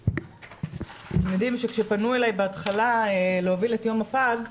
אתם יודעים שכשפנו אלי בהתחלה להוביל את יום הפג,